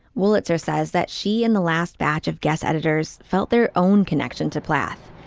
wolitzer says that she and the last batch of gas editors felt their own connection to plath.